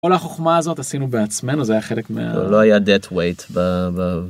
‫כל החוכמה הזאת עשינו בעצמנו, ‫זה היה חלק מה... ‫לא היה דת ווייט ב...